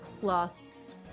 plus